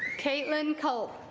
caitlin cole